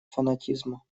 фанатизма